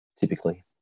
typically